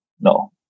No